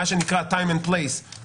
מה שנקרא time and place,